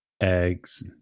eggs